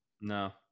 No